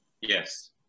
Yes